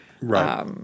Right